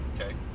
Okay